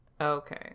Okay